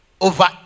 over